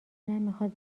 میخواد